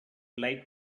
like